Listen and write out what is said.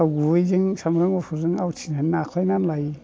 थाव गुबैजों सामब्राम गुफुरजों आवथिनानै नाख्लायनानै लायो